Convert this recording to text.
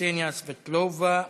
קסניה סבטלובה,